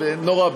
נורא,